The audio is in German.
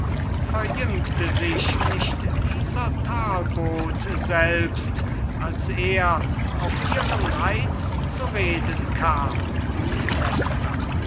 verjüngte sich nicht dieser talbot selbst als er auf ihren reiz zu reden kam